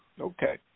Okay